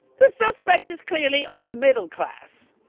the suspect is clearly upper middle class.